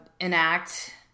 enact